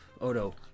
Odo